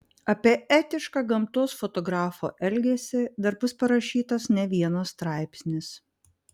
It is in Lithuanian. apie etišką gamtos fotografo elgesį dar bus parašytas ne vienas straipsnis